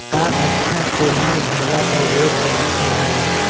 कअच्छा तोहर घरवा पर रेक रखल हई?